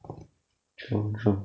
true true